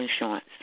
insurance